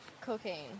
cocaine